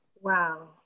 wow